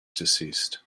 deceased